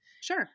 sure